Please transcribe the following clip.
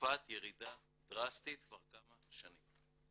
בצרפת ירידה דרסטית כבר כמה שנים.